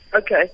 Okay